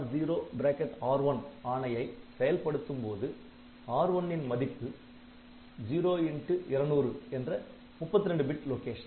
STR R0R1 ஆணையை செயல்படுத்தும்போது R1 ன் மதிப்பு 0X200 என்ற 32 பிட் லொகேஷன்